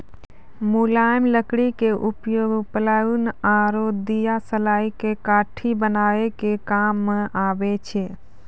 मुलायम लकड़ी के उपयोग प्लायउड आरो दियासलाई के काठी बनाय के काम मॅ आबै छै